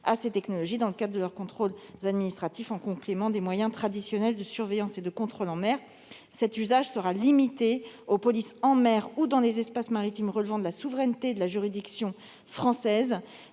à ces technologies dans le cadre de leurs contrôles administratifs, en complément des moyens traditionnels de surveillance et de contrôle en mer. Cet usage sera limité aux polices en mer ou dans les espaces maritimes relevant de la souveraineté de la juridiction française.